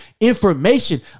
Information